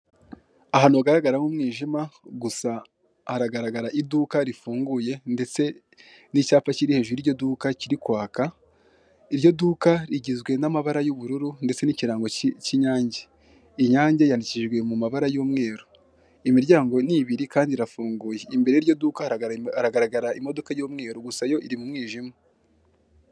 Ahantu hagaragaramo umwijima gusa haragaragara iduka rifunguye ndetse n'icyapa kiri hejuru y'ryo duka kiri kwaka. Iryo duka rigizwe n'amabara y'ubururu ndetse n'ikirango k'inyange, inyange yandikishijwe mu mabara y'umweru. Imiryango n'ibiri kandi irafunguye. Imbere yiyo yiryo duka haragaragara imodoka y'umweru gusa yo iri mu mwijima.